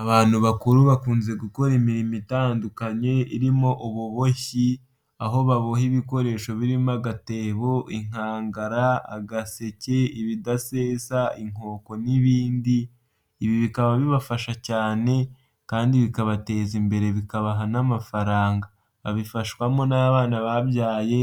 Abantu bakuru bakunze gukora imirimo itandukanye irimo ububoshyi, aho baboha ibikoresho birimo agatebo, inkangara, agaseke, ibidasesa, inkoko n'ibindi. Ibi bikaba bibafasha cyane kandi bikabateza imbere, bikabaha n'amafaranga, babifashwamo n'abana babyaye